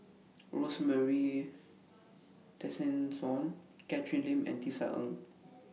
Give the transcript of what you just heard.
Rosemary Tessensohn Catherine Lim and Tisa Ng